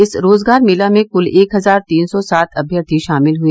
इस रोजगार मेला में कुल एक हजार तीन सौ सात अभ्यर्थी शामिल हुए